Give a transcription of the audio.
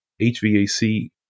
HVAC